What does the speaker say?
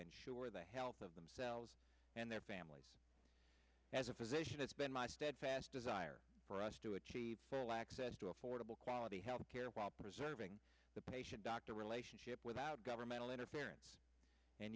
ensure the health of themselves and their families as a physician has been my steadfast desire for us to achieve full access to affordable quality health care while preserving the patient doctor relationship without governmental interference and